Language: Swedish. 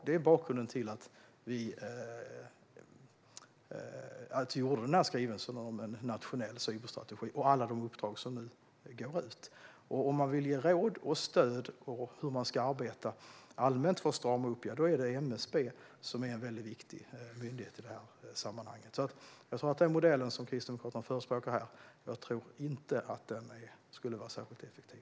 Det är bakgrunden till att vi kom med skrivelsen om en nationell cyberstrategi och med alla de uppdrag som nu går ut. Det är MSB som är den viktiga myndigheten när det handlar om att ge råd och stöd i det här sammanhanget. Jag tror inte att den modell som Kristdemokraterna förespråkar här skulle vara särskilt effektiv.